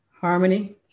Harmony